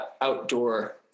outdoor